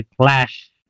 clash